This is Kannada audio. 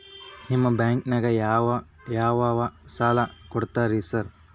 ನಿಮ್ಮ ಬ್ಯಾಂಕಿನಾಗ ಯಾವ್ಯಾವ ಸಾಲ ಕೊಡ್ತೇರಿ ಸಾರ್?